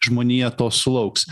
žmonija to sulauks